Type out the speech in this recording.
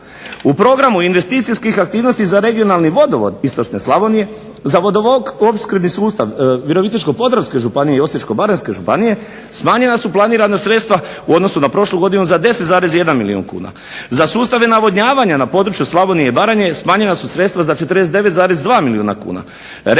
U programu investicijskih aktivnosti za regionalni vodovod istočne Slavonije, za vodoopskrbni sustav Virovitičko-podravske županije i Osječko-baranjske županije smanjena su planirana sredstva u odnosu na prošlu godinu za 10,1 milijuna. Za sustave navodnjavanja na području Slavonije i Baranje smanjena su sredstva za 49,2 milijuna kuna.